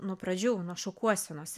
nuo pradžių nuo šukuosenos